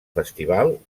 festival